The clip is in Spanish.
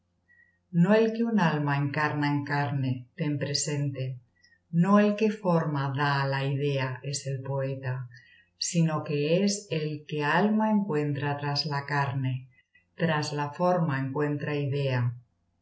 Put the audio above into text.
no el que un alma encarna en carne ten p esente no el que forma dá á la idea es el poeta si no que es el que alma encuentra tras la carine tras la forma encuentra idea